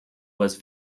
was